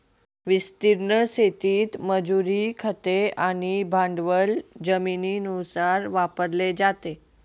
विस्तीर्ण शेतीत मजुरी, खते आणि भांडवल जमिनीनुसार वापरले जाते